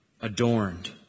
adorned